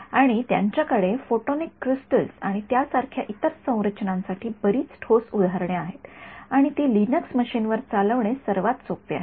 आणि त्यांच्याकडे photonic crystals आणि त्यासारख्या इतर संरचनांसाठी बरीच ठोस उदाहरणे आहेत आणि ती लिनक्स मशीनवर चालवणे सर्वात सोप्पे आहे